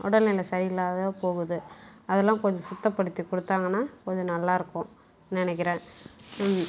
உடல் நிலை சரியில்லாது போகுது அதலாம் கொஞ்சம் சுத்தப்படுத்தி கொடுத்தாங்கனா கொஞ்சம் நல்லாயிருக்கும் நினைக்கிறேன்